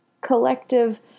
collective